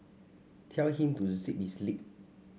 tell him to zip his lip